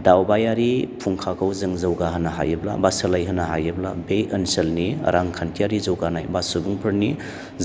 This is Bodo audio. दावबायारि फुंखाखौ जों जौगा होनो हायोब्ला बा सोलाय होनो हायोब्ला बे ओनसोलनि रांखान्थियारि जौगानाय बा सुबुंफोरनि